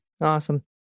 Awesome